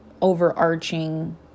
overarching